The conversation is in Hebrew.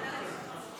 ועדה לביטחון לאומי.